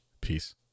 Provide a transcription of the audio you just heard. Peace